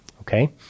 Okay